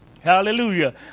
Hallelujah